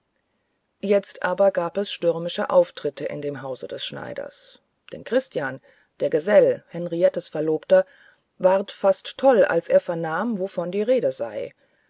jetzt aber gab es stürmische auftritte in dem hause des schneiders denn christian der gesell henriettes verlobter ward fast toll als er vernahm wovon die rede sei